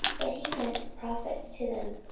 yet he sent prophets to them,